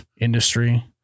industry